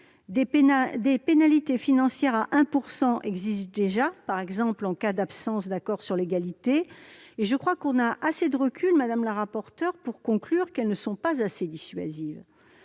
Des pénalités financières à hauteur de 1 % existent déjà, par exemple en cas d'absence d'accord sur l'égalité. On a désormais assez de recul, madame la rapporteure, pour conclure qu'elles ne sont pas assez dissuasives